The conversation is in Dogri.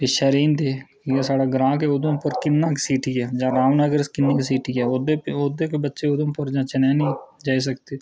पिच्छै रेही जंदे जियां साढा ग्रां गै उधमपुर च किन्ना गै सिटी ऐ जां रामनगर च किन्ना गै सिटी ऐ ओह्दे बच्चे उधमपुर जां चनैनी जाई सकदे